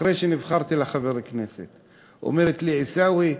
אחרי שנבחרתי לכנסת היא אומרת לי: עיסאווי,